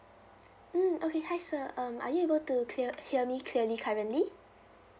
mm okay hi sir um are you able to clear hear me clearly currently